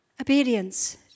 obedience